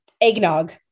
eggnog